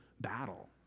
battle